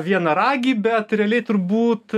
vienaragį bet realiai turbūt